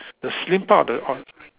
the slim part or the or